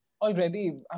already